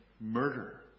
murder